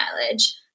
mileage